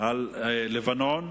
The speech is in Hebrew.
על לבנון,